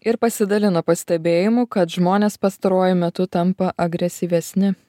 ir pasidalino pastebėjimu kad žmonės pastaruoju metu tampa agresyvesni